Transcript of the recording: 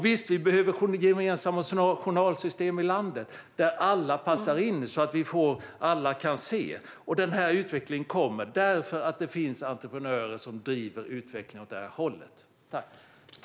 Visst behöver vi journalsystem i landet där alla passar in så att alla kan se, och den här utvecklingen kommer därför att det finns entreprenörer som driver utvecklingen åt det hållet.